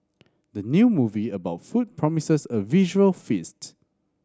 the new movie about food promises a visual feast